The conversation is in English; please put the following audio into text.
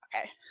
Okay